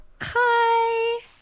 Hi